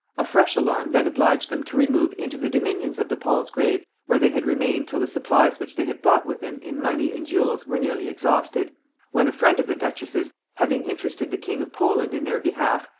a fresh alarm then obliged them to remove into the dominions of the palsgrave, where they had remained till the supplies which they had brought with them in money and jewels were nearly exhausted when a friend of the duchess's having interested the king of poland in their behalf,